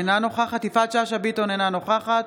אינה נוכחת יפעת שאשא ביטון, אינה נוכחת